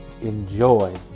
enjoy